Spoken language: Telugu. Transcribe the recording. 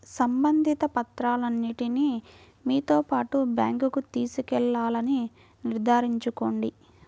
సంబంధిత పత్రాలన్నింటిని మీతో పాటు బ్యాంకుకు తీసుకెళ్లాలని నిర్ధారించుకోండి